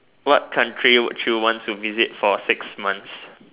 what country would you want to visit for six months